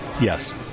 Yes